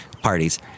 parties